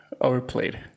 Overplayed